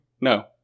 No